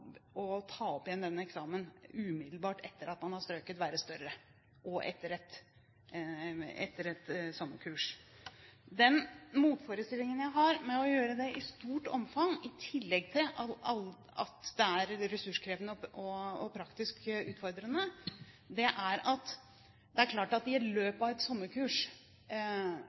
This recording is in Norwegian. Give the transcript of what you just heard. ta opp igjen den eksamenen umiddelbart etter at man har strøket og etter et sommerkurs, være større. Den motforestillingen jeg har mot å gjøre det i stort omfang – i tillegg til at det er ressurskrevende og praktisk utfordrende – er at det er klart at i løpet av et sommerkurs